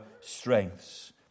strengths